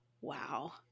wow